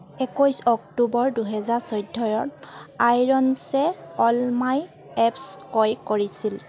একৈছ অক্টোবৰ দুহেজাৰ চৈধ্যত আইৰণছ'ৰ্চে অলমাই এপছ ক্ৰয় কৰিছিল